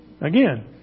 Again